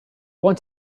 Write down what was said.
want